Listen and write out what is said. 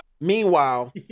Meanwhile